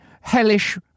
hellish